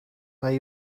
mae